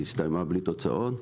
היא הסתיימה בלי תוצאות,